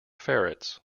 ferrets